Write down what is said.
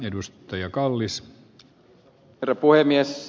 arvoisa herra puhemies